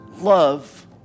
love